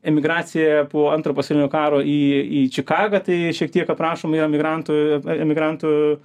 emigraciją po antro pasaulinio karo į į čikagą tai šiek tiek aprašoma yra emigrantų emigrantų